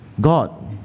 God